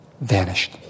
vanished